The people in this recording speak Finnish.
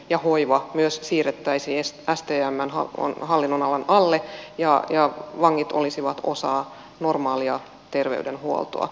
jo kuivaa myös vankien hoito ja hoiva siirrettäisiin stmn hallinnonalan alle ja vangit olisivat osa normaalia terveydenhuoltoa